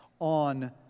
on